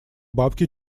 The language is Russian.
бабки